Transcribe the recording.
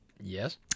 Yes